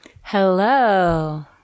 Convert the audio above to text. Hello